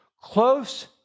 close